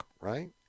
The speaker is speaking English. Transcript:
right